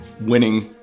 winning